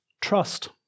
trust